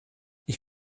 ich